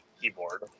keyboard